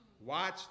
watch